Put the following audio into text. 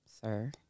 Sir